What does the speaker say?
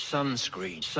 Sunscreen